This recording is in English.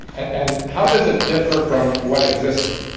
and how does it differ from what existed?